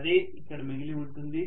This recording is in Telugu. అదే ఇక్కడ మిగిలి ఉంటుంది